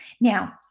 Now